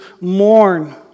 mourn